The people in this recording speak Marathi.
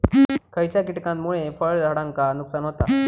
खयच्या किटकांमुळे फळझाडांचा नुकसान होता?